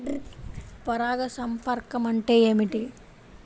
పరాగ సంపర్కం అంటే ఏమిటి?